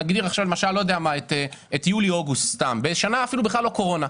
נגדיר למשל את יולי-אוגוסט סתם חודשים אפילו לא בשנת קורונה,